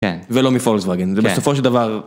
ולא מפולקסוואגן, זה בסופו של דבר...